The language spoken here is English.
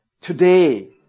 today